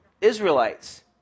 Israelites